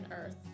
earth